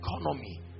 economy